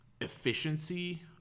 efficiency